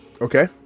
Okay